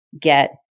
get